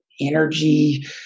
energy